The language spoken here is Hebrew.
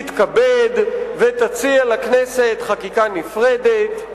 תתכבד ותציע לכנסת חקיקה נפרדת,